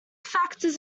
factors